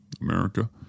America